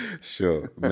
sure